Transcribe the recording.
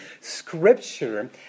Scripture